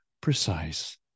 precise